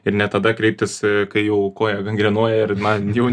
ir ne tada kreiptis kai jau koja gangrenuoja ir man jau